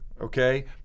okay